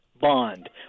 bond